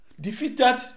defeated